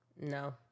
No